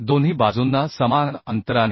दोन्ही बाजूंना समान अंतराने